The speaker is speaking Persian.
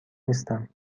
نیستم